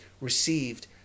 received